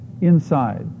inside